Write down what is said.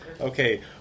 Okay